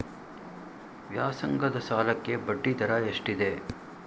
ವ್ಯಾಸಂಗದ ಸಾಲಕ್ಕೆ ಬಡ್ಡಿ ದರ ಎಷ್ಟಿದೆ?